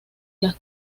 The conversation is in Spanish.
las